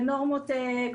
לשמחתי,